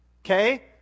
okay